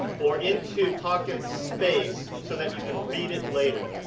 or into pocket space so that you can read it later.